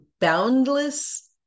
boundless